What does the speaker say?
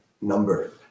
number